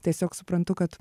tiesiog suprantu kad